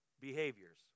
behaviors